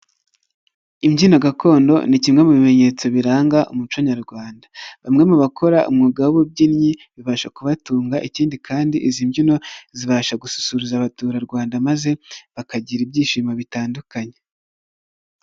Imbyino gakondo ni kimwe mu bimenyetso biranga umuco nyarwanda. Bamwe mu bakora umwuga w'ububyinnyi, bibasha kubatunga, ikindi kandi izi mbyino zibasha gususurutsa abaturarwanda maze bakagira ibyishimo bitandukanye.